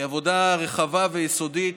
עבודה רחבה ויסודית,